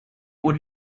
would